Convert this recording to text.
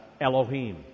Elohim